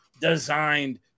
designed